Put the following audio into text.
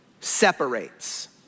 separates